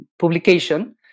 publication